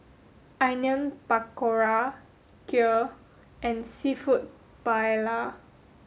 Onion Pakora Kheer and Seafood Paella